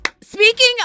speaking